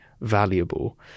valuable